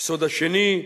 היסוד השני: